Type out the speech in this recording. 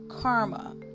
karma